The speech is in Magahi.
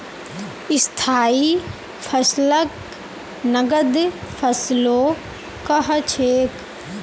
स्थाई फसलक नगद फसलो कह छेक